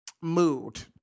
mood